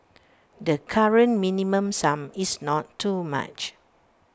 the current minimum sum is not too much